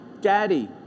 Daddy